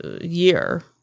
year